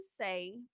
say